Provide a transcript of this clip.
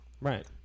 right